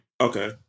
Okay